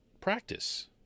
practice